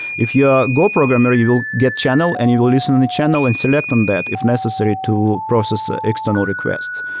if you are a go programmer, you will get channel and you will listen on the channel and select on that if necessary to process ah external requests.